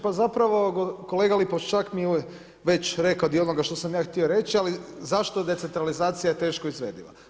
Pa zapravo, kolega Lipošćak je već rekao dio onoga što sam ja htio reći, ali zašto decentralizacija je teško izvediva?